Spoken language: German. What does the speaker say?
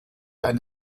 ein